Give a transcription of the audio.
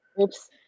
Oops